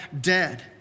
dead